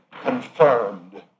confirmed